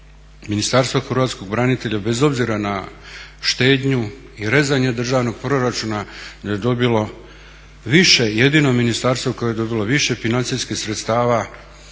Ministarstvo hrvatskih branitelja bez obzira na štednju i rezanje državnog proračuna je dobilo više, jedino ministarstvo koje je dobilo više financijskih sredstava za svoj rad, a